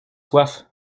soif